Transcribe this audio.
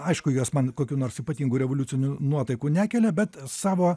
aišku jos man kokių nors ypatingų revoliucinių nuotaikų nekelia bet savo